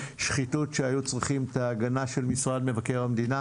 שחיתות שהיו צריכים את ההגנה של משרד מבקר המדינה,